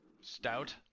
stout